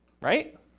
right